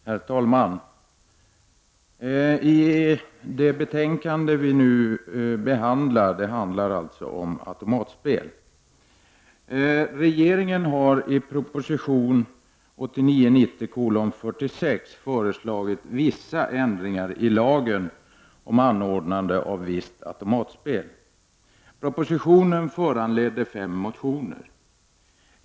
Herr talman! Det betänkande vi nu behandlar handlar om automatspel. Regeringen har i proposition 1989/90:46 föreslagit vissa ändringar i lagen om anordnande av visst automatspel. Propositionen föranledde fem motioner.